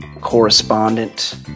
correspondent